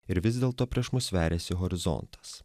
ir vis dėlto prieš mus veriasi horizontas